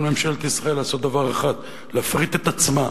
על ממשלת ישראל לעשות דבר אחד: להפריט את עצמה,